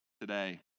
today